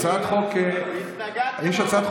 קרויזר,